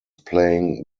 playing